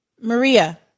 Maria